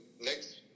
next